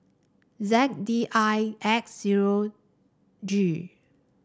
Z D I X zero G